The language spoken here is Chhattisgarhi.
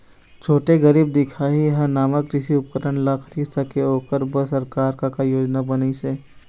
छोटे गरीब दिखाही हा नावा कृषि उपकरण ला खरीद सके ओकर बर सरकार का योजना बनाइसे?